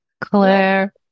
Claire